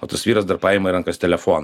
o tas vyras dar paima į rankas telefoną